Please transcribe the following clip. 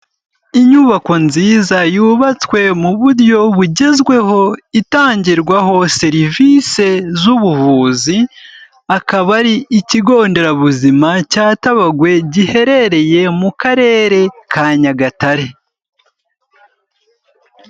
Inyubako nziza yubatswe mu buryo bugezweho, itangirwaho serivise z'ubuvuzi, akaba ari ikigo nderabuzima cya Tabagwe, giherereye mu Karere ka Nyagatare.